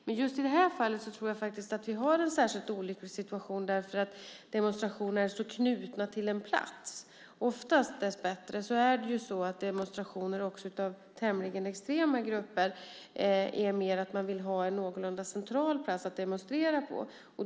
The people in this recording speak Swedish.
Men just i detta fall tror jag faktiskt att vi har en särskilt olycklig situation därför att demonstrationerna är så knutna till en plats. Oftast, dessbättre, är det så att även tämligen extrema grupper som genomför demonstrationer vill ha en någorlunda central plats att demonstrera på.